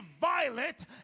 violent